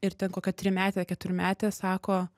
ir ten kokia trimetė keturmetė sako